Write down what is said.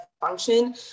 function